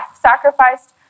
sacrificed